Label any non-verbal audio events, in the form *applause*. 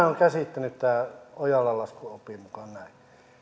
*unintelligible* olen käsittänyt tämän ojalan laskuopin mukaan näin että kun